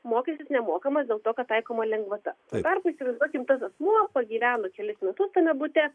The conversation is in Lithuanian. mokestis nemokamas dėl to kad taikoma lengvata tuo tarpu įsivaizduokim tas asmuo pagyveno kelis metus tame bute